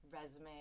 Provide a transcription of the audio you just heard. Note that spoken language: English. resume